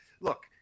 look